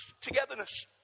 togetherness